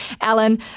Alan